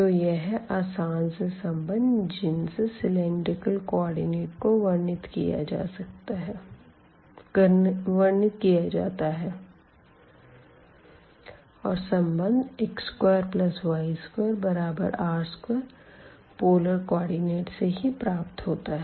तो यह है आसान से संबंध जिन से सिलेंडरिकल कोऑर्डिनेट को वर्णित किया जाता है और संबंध x2y2r2पोलर कोऑर्डिनेट से ही प्राप्त होता है